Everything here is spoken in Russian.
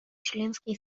членский